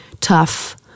tough